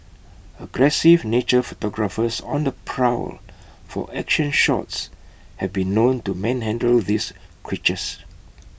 aggressive nature photographers on the prowl for action shots have been known to manhandle these creatures